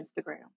Instagram